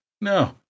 no